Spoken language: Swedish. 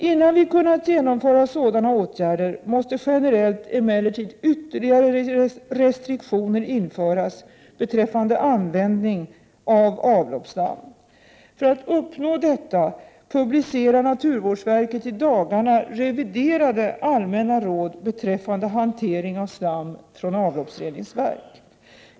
Innan vi kan genomföra sådana åtgärder måste emellertid generellt ytterligare restriktioner införas beträffande användningen av avloppsslam. För att uppnå detta kommer naturvårdsverket i dagarna att publicera reviderade allmänna råd beträffande hantering av slam från avloppsreningsverk.